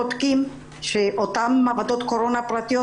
צודקים אלו שאומרים שאותן מעבדות קורונה פרטיות